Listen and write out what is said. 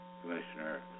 Commissioner